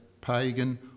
pagan